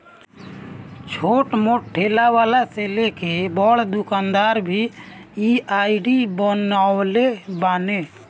छोट मोट ठेला वाला से लेके बड़ दुकानदार भी इ आई.डी बनवले बाने